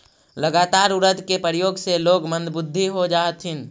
लगातार उड़द के प्रयोग से लोग मंदबुद्धि हो जा हथिन